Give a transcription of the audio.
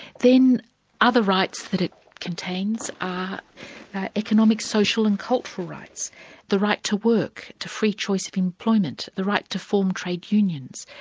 then other rights that it contains are economic, social and cultural rights the right to work, to free choice of employment the right to form trade unions.